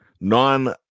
non